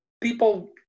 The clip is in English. people